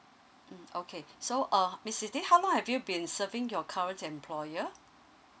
mm okay so uh miss siti how long have you been serving your current employer